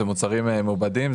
זה מוצרים מעובדים,